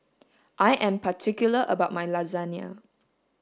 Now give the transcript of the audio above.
I am particular about my lasagne